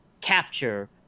capture